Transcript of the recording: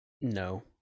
No